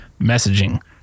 messaging